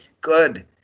Good